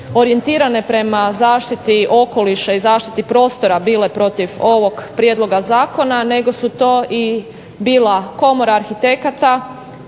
orijentirane prema zaštiti okoliša i zaštiti prostora bile protiv ovog prijedloga zakona nego su to i bila Komora arhitekata